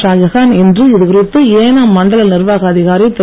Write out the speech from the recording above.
ஷாஜஹான் இன்று இதுகுறித்து ஏனாம் மண்டல நிர்வாக அதிகாரி திரு